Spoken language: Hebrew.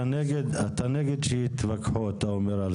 אתה נגד שיתווכחו על סעיף, אתה אומר.